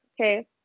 okay